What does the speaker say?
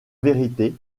vérité